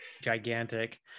gigantic